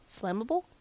flammable